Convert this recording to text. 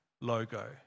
logo